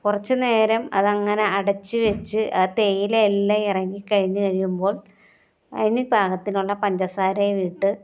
കുറച്ച് നേരം അതങ്ങനെ അടച്ച് വെച്ച് ആ തേയില എല്ലാം ഇറങ്ങിക്കഴിഞ്ഞ് കഴിയുമ്പോൾ അതിന് പാകത്തിനുള്ള പഞ്ചസാരയും ഇട്ട്